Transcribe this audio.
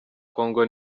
congo